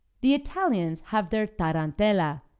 the italians have their tarantella.